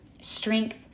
strength